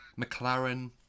McLaren